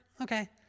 okay